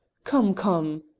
come, come!